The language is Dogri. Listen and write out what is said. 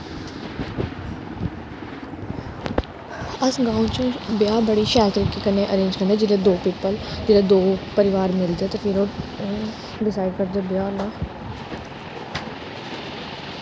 अस गांव च ब्याह् बड़ी शैल तरीके कन्नै अरेंज करने जिल्लै दो पीपल जिल्लै दो परिवार मिलदे ते फिर ओह् डिसाइड करदे ब्याह् दा